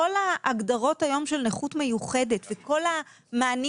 כל ההגדרות היום של נכות מיוחדת וכל המענים